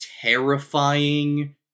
terrifying